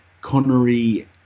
Connery